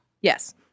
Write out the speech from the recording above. Yes